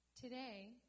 Today